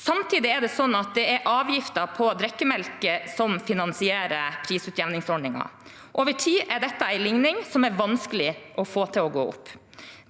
at det er avgiftene på drikkemelk som finansierer prisutjevningsordningen. Over tid er dette en ligning som er vanskelig å få til å gå opp.